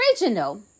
original